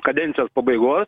kadencijos pabaigos